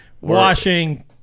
washing